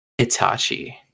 Itachi